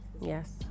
Yes